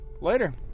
later